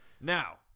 Now